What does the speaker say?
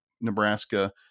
Nebraska